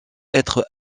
être